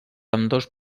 ambdós